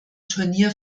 turnier